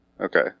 Okay